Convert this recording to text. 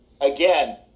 Again